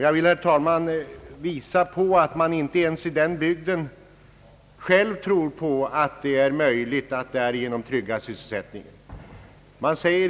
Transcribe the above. Jag vill, herr talman, visa på att man inte ens i den bygden själv tror på att det är möjligt att därigenom trygga sysselsättningen.